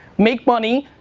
make money,